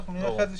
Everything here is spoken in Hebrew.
ונראה אחרי זה,